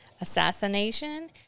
assassination